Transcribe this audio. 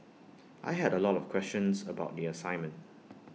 I had A lot of questions about the assignment